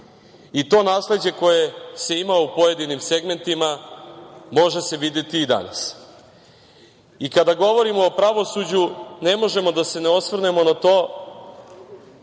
To nasleđe koje se ima u pojedinim segmentima može se videti i danas. Kada govorimo o pravosuđu ne možemo da se ne osvrnemo na to